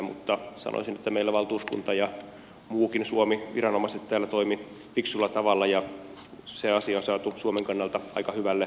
mutta sanoisin että meillä valtuuskunta ja muukin suomi viranomaiset täällä toimivat fiksulla tavalla ja se asia on saatu suomen kannalta aika hyvälle mallille